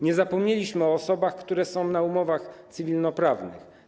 Nie zapomnieliśmy o osobach, które są na umowach cywilnoprawnych.